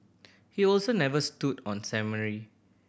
he also never stood on ceremony